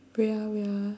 wait ah wait ah